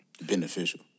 beneficial